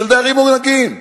פשוט דיירים מודאגים,